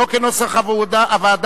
לא כנוסח הוועדה,